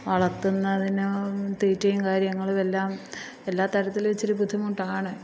വളർത്തുന്നതിനും തീറ്റ കാര്യങ്ങളുവെല്ലാം എല്ലാത്തരത്തിലും ഇച്ചിരി ബുദ്ധിമുട്ടാണ്